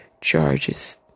charges